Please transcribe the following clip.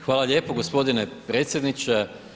Hvala lijepo gospodine predsjedniče.